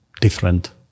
different